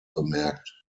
bemerkt